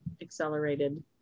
accelerated